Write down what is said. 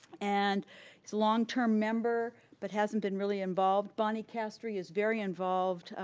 and it's longterm member, but hasn't been really involved. bonnie castree is very involved.